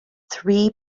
three